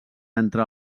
entre